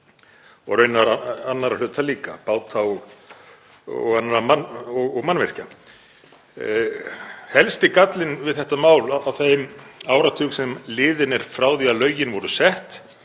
og raunar annarra hluta líka, báta og mannvirkja. Helsti gallinn við þetta mál á þeim áratug sem liðinn er frá því að lögin voru sett